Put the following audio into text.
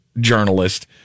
journalist